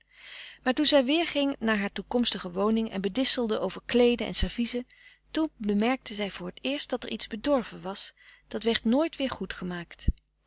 maar toen zij weer ging naar haar toekomstige woning en bedisselde over kleeden en serviezen toen bemerkte zij voor t eerst dat er iets bedorven was dat werd nooit weer